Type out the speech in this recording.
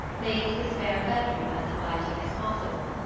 made the spare bedroom as inviting as possible,